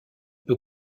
peut